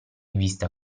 vista